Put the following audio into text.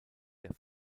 der